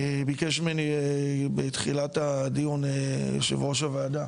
ביקש ממני בתחילת הדיון, יושב ראש הוועדה,